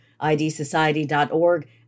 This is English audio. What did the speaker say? idsociety.org